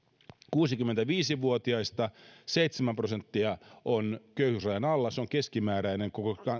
kuusikymmentäviisi vuotiaista seitsemän prosenttia on köyhyysrajan alla se on keskimääräinen